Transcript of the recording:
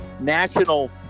National